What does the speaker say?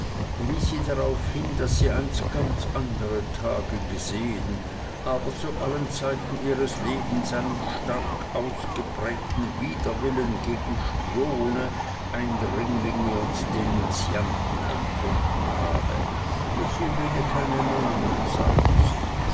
wies sie darauf hin daß sie einst ganz andere tage gesehen aber zu allen zeiten ihres lebens einen stark ausgeprägten widerwillen gegen spione eindringlinge und denunzianten empfunden habe sie nenne keinen namen sagte sie